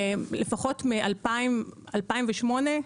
לפחות מ-2008.